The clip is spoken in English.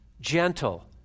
gentle